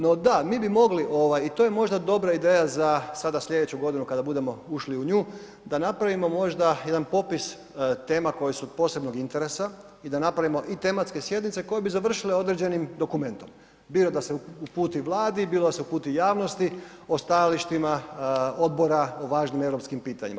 No, da, mi bi mogli i to je možda dobra ideja za sada slijedeću godinu kada budemo ušli u nju, da napravimo možda jedan popis tema koja se od posebnog interesa i da napravimo i tematske sjednice koje bi završile određenim dokumentom, bilo da se uputi Vladi, bilo da se uputi javnosti o stajalištima odbora o važnim europskim pitanjima.